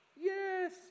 yes